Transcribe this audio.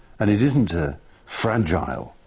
and it isn't a fragile.